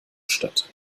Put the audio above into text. statt